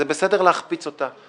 וזה בסדר להחפיץ אותה.